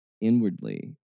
inwardly